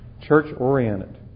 church-oriented